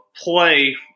play